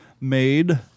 made